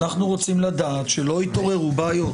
אנחנו רוצים לדעת שלא יתעוררו בעיות.